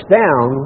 down